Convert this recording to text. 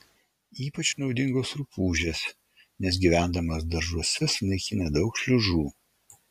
ypač naudingos rupūžės nes gyvendamos daržuose sunaikina daug šliužų